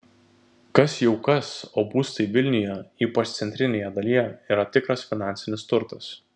kas jau kas o būstai vilniuje ypač centrinėje dalyje yra tikras finansinis turtas